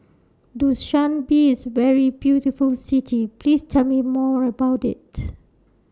Dushanbe IS very beautiful City Please Tell Me More about IT